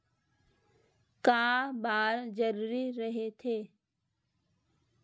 का बार जरूरी रहि थे?